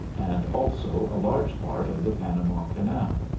and, also, a large part of the panama canal.